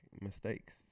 mistakes